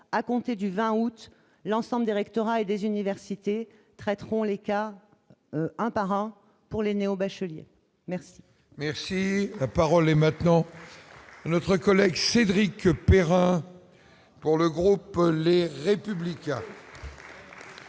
à compter du 20 août l'ensemble des rectorats et des universités traiteront les cas un par un pour les néo-bachelier merci. Merci, la parole est maintenant notre collègue Cédric Perrin pour le groupe, les républicains.